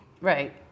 Right